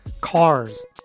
cars